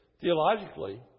Theologically